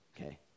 okay